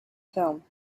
film